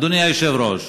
אדוני היושב-ראש,